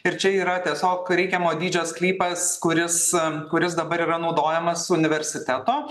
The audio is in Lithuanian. ir čia yra tiesiog reikiamo dydžio sklypas kuris kuris dabar yra naudojamas universiteto